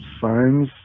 signs